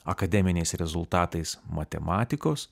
akademiniais rezultatais matematikos